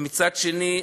ומצד שני,